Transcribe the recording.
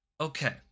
Okay